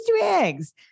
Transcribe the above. eggs